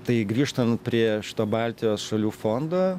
tai grįžtant prie šito baltijos šalių fondo